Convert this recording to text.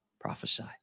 prophesy